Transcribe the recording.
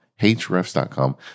hrefs.com